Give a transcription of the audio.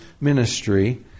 ministry